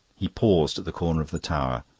he paused at the corner of the tower,